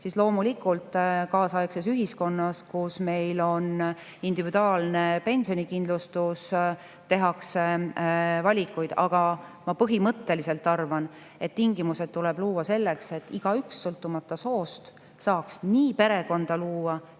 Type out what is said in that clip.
siis loomulikult, kaasaegses ühiskonnas, kus meil on individuaalne pensionikindlustus, tehakse valikuid. Aga ma põhimõtteliselt arvan, et tingimused tuleb luua selleks, et igaüks, sõltumata soost, saaks nii perekonda luua,